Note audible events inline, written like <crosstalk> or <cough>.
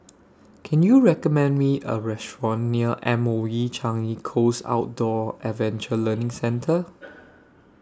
Can YOU recommend Me A Restaurant near M O E Changi Coast Outdoor Adventure Learning Centre <noise>